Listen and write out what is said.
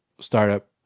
startup